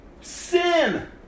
Sin